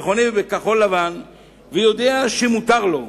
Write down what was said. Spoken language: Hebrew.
וחונה בכחול-לבן ויודע שמותר לו.